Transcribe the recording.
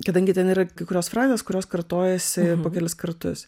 kadangi ten yra kai kurios frazės kurios kartojasi po kelis kartus